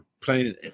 Playing